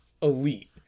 Elite